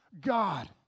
God